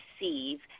receive